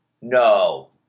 No